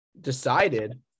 decided